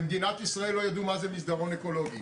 במדינת ישראל לא ידעו מה זה מסדרון אקולוגי.